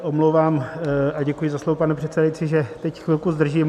Omlouvám se a děkuji za slovo, pane předsedající že teď chvilku zdržím.